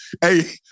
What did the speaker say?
Hey